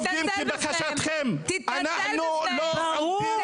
תתנצל בפניהן.